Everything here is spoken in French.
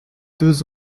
deux